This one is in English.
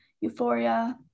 Euphoria